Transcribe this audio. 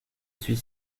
suis